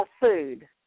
food